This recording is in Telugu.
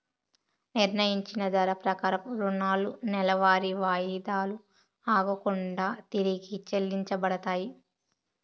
నిర్ణయించిన ధర ప్రకారం రుణాలు నెలవారీ వాయిదాలు ఆగకుండా తిరిగి చెల్లించబడతాయి